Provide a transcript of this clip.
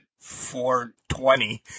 420